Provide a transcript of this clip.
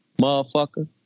motherfucker